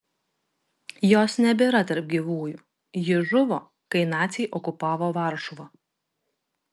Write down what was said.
jos nebėra tarp gyvųjų ji žuvo kai naciai okupavo varšuvą